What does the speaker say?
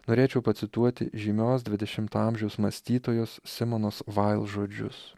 norėčiau pacituoti žymios dvidešimto amžiaus mąstytojos simonos vaild žodžius